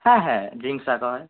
হ্যাঁ হ্যাঁ ড্রিঙ্কস রাখা হয়